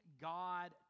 God